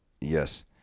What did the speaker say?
yes